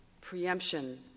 preemption